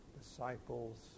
disciples